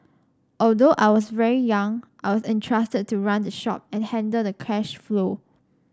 although I was very young I was entrusted to run the shop and handle the cash flow